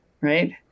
Right